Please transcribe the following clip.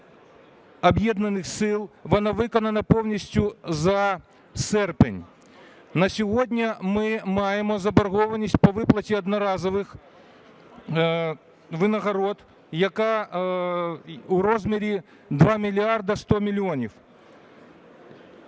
вона виконана повністю за серпень. На сьогодні ми маємо заборгованість по виплаті одноразових винагород, яка у розмірі 2 мільярди 100 мільйонів.